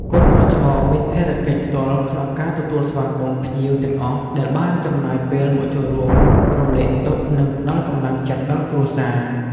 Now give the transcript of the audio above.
កូនប្រុសច្បងមានភារកិច្ចផ្ទាល់ក្នុងការទទួលស្វាគមន៍ភ្ញៀវទាំងអស់ដែលបានចំណាយពេលមកចូលរួមរំលែកទុក្ខ និងផ្តល់កម្លាំងចិត្តដល់គ្រួសារ។